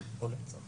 בבקשה.